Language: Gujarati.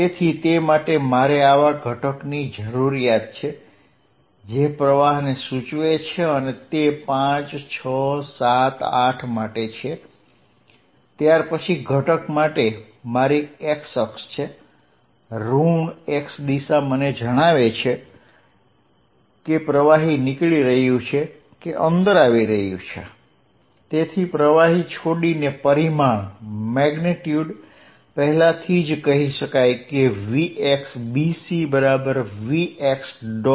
તેથી તે માટે મારે આવા ઘટકની જરૂર છે જે પ્રવાહને સૂચવે છે અને તે 5 6 7 8 માટે છે ત્યાર પછી ઘટક માટે મારી x અક્ષ છે ઋણ x દિશા મને જણાવે છે કે પ્રવાહી નીકળી રહ્યું છે કે અંદર આવી રહ્યું છે તેથી પ્રવાહી છોડીને પરિમાણ પહેલાથી જ કહી શકાય કે vx bc vx